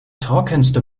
trockenste